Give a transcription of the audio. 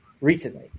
recently